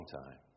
time